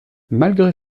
malgré